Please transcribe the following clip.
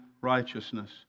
righteousness